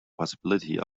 possibility